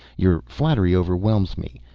your flattery overwhelms me.